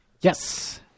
Yes